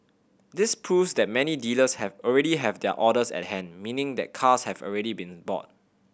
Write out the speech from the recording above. this proves that many dealers have already have their orders at hand meaning that cars have already been bought